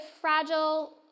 fragile